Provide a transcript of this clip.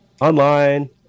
online